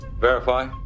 Verify